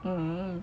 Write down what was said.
hmm